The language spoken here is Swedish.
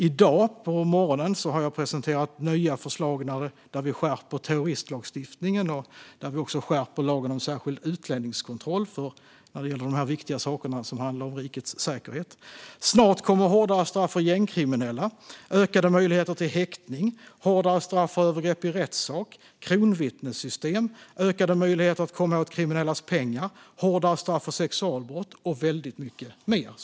I dag på morgonen presenterade jag nya förslag där vi skärper terroristlagstiftningen och lagen om särskild utlänningskontroll när det gäller de viktiga saker som handlar om rikets säkerhet. Snart kommer hårdare straff för gängkriminella, ökade möjligheter till häktning, hårdare straff för övergrepp i rättssak, kronvittnessystem, ökade möjligheter att komma åt kriminellas pengar, hårdare straff för sexualbrott och väldigt mycket mer.